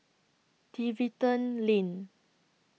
Tiverton Lane